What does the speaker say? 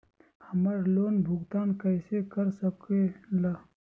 हम्मर लोन भुगतान कैसे कर सके ला?